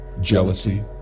jealousy